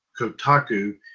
Kotaku